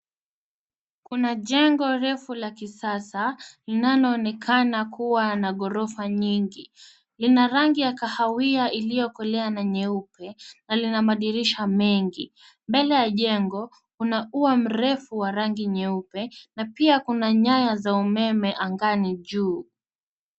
Kuna jengo refu la kisasa linalonekana kuwa na ghorofa nyingi. Lina rangi ya kahawia iliyokolea na nyeupe na lina madirisha mengi. Mbele ya jengo kuna ua mrefu wa rangi nyeupe na pia kuna nyaya za umeme angani juu.